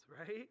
right